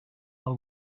del